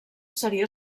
seria